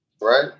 right